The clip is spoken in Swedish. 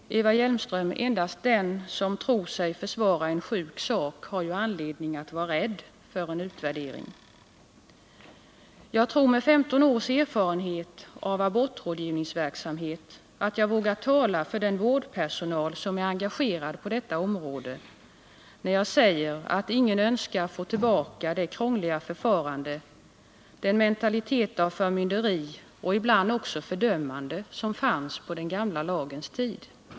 Eva Hjelmström! Endast den som tror sig försvara en sjuk sak har anledning att vara rädd för en utvärdering. Jag tror, med 15 års erfarenhet av abortrådgivningsverksamhet, att jag vågar tala för den vårdpersonal som är engagerad på detta område, när jag säger att ingen önskar tillbaka det krångliga förfarande, den mentalitet av förmynderi och ibland också fördömande som fanns på den gamla lagens tid.